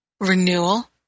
renewal